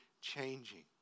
changing